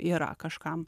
yra kažkam